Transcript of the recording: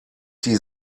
die